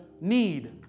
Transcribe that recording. need